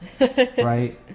right